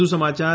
વધુ સમાચાર